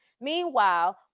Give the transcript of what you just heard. Meanwhile